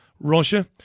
Russia